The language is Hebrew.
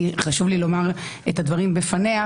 כי חשוב לי לומר את הדברים בפניה,